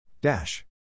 Dash